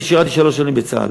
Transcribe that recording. אני שירתי שלוש שנים בצה"ל.